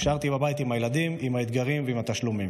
נשארתי בבית עם הילדים, עם האתגרים ועם התשלומים.